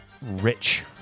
rich